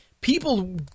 people